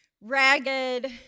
ragged